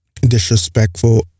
disrespectful